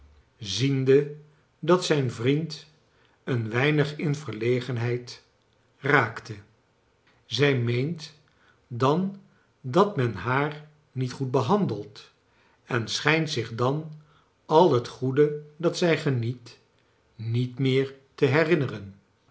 ziende dat zijn vriend een weinig in verlegenheid raakte zij meent dan dat men haar niet goed behandelt en j schijnt zich dan al het goede dat i zij geniet niet meer te herinneren